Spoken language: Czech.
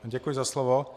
Děkuji za slovo.